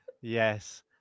Yes